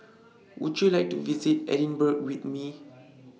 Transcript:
Would YOU like to visit Edinburgh with Me